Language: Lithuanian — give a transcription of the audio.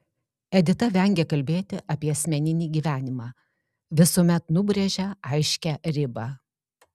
edita vengia kalbėti apie asmeninį gyvenimą visuomet nubrėžia aiškią ribą